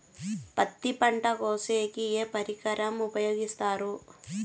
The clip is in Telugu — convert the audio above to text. పత్తి పంట కోసేకి ఏ పరికరం ఉపయోగిస్తారు?